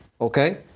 Okay